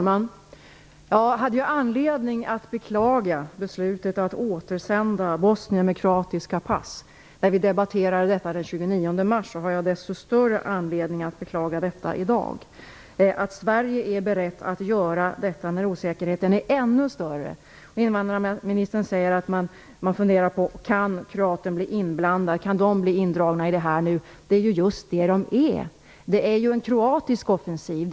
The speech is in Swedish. Fru talman! Om jag den 29 mars, när vi debatterade detta, hade anledning att beklaga beslutet om att återsända bosnier med kroatiska pass har jag desto större anledning att beklaga det i dag. Sverige är berett att göra detta när osäkerheten är ännu större. Invandrarministern säger att man funderar på om kroaterna kan bli indragna i den här situationen. Det är just vad de är. Det är ju en kroatisk offensiv.